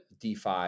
DeFi